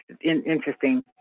interesting